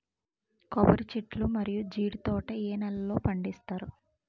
కొబ్బరి చెట్లు మరియు జీడీ తోట ఏ నేలల్లో పండిస్తారు?